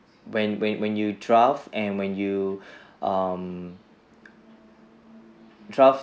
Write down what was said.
when when when you draft and when you um draft